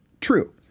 true